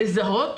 לזהות,